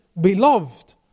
beloved